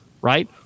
right